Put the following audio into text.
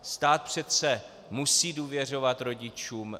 Stát přece musí důvěřovat rodičům.